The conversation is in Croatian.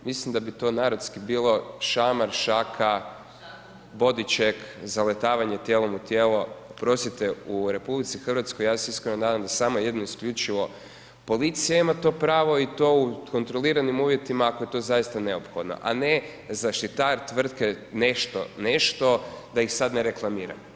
Mislim da bi to narodski bilo šamar, šaka, body check, zaletavanjem tijelo u tijelom, oprostite u RH ja se iskreno nadam da samo jedno isključivo policija ima to pravo i to u kontroliranom uvjetima ako je to zaista neophodno a ne zaštitar tvrtke, nešto, nešto, da ih sad ne reklamiram.